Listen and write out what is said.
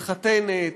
מתחתנת,